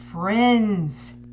friends